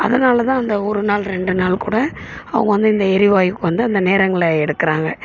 அதனாலதான் அந்த ஒரு நாள் ரெண்டு நாள் கூட அவங்க வந்து இந்த எரிவாயுக்கு வந்து அந்த நேரங்களை எடுக்கிறாங்க